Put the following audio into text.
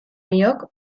biok